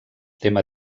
tema